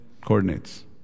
coordinates